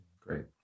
Great